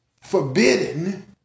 forbidden